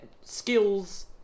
skills